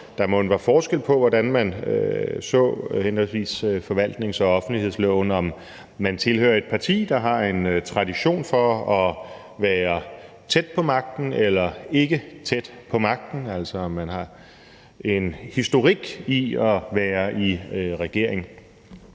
der mon var forskel på, hvordan man så henholdsvis forvaltnings- og offentlighedsloven, i forhold til om man tilhører et parti, der har en tradition for at være tæt på magten eller ikke tæt på magten, altså om man har en historik i at være i regering.